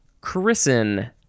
christen